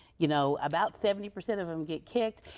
you know about seventy percent of them get kicked.